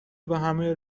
وهمه